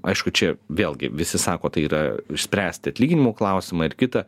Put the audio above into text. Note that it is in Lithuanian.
aišku čia vėlgi visi sako tai yra išspręsti atlyginimų klausimą ir kita